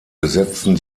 besetzten